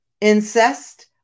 incest